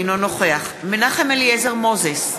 אינו נוכח מנחם אליעזר מוזס,